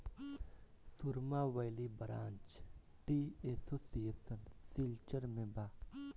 सुरमा valley branch tea association Silchar में बा